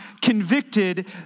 convicted